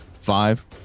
Five